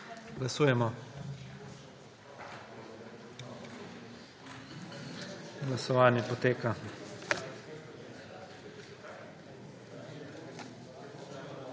Glasujemo. Glasovanje poteka.